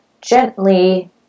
gently